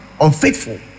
unfaithful